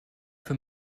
für